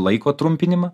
laiko trumpinimą